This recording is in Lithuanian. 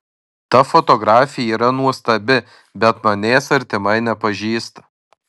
ta fotografė yra nuostabi bet manęs artimai nepažįsta